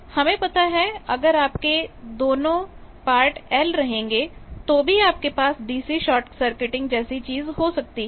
हमें पता है कि अगर आप दोनों को L रखेंगे तो भी आप के पास DC शार्ट सर्किटिंग जैसी चीज हो सकती है